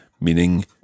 meaning